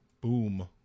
Boom